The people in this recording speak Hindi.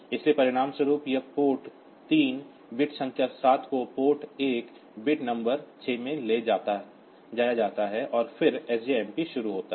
इसलिए परिणामस्वरूप यह पोर्ट 3 बिट संख्या 7 को पोर्ट 1 बिट नंबर 6 में ले जाया जाता है और फिर सजमप शुरू होता है